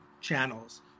channels